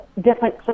different